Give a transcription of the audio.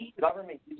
government